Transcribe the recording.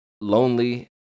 lonely